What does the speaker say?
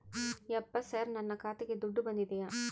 ಯಪ್ಪ ಸರ್ ನನ್ನ ಖಾತೆಗೆ ದುಡ್ಡು ಬಂದಿದೆಯ?